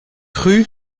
rue